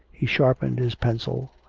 he sharpened his pencil,